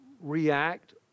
react